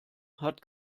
hat